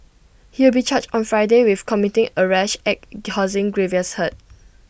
he will be charged on Friday with committing A rash act causing grievous hurt